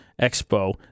Expo